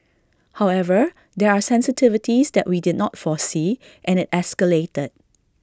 however there are sensitivities that we did not foresee and IT escalated